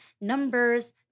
Numbers